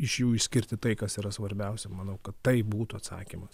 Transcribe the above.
iš jų išskirti tai kas yra svarbiausia manau kad tai būtų atsakymas